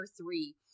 three